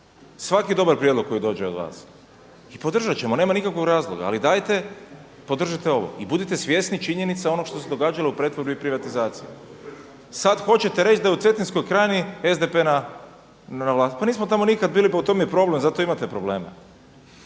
svaki dobar prijedlog koji dođe od vas i podržat ćemo, nema nikakvog razloga. Ali dajte podržite ovo i budite svjesni činjenice onog što se događalo u pretvorbi i privatizaciji. Sad hoćete reći da je u Cetinskoj krajini SDP na vlasti. Pa nismo tamo nikad bili, pa u tom je problem, zato imate problema.